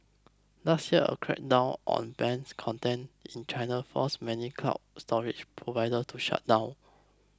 last year a crackdown on banned content in China forced many cloud storage providers to shut down